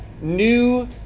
new